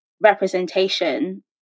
representation